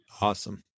Awesome